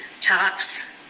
tops